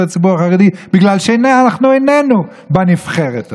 הציבור החרדי בגלל שאנחנו איננו בנבחרת הזאת.